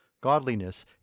Godliness